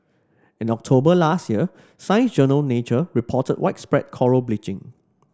in October last year Science Journal Nature reported widespread coral bleaching